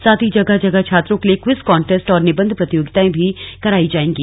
साथ ही जगह जगह छात्रों के लिए क्विज कॉन्टेंस्ट और निबंध प्रतियोगिताएं भी कराई जाएंगी